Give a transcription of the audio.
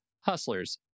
Hustlers